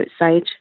outside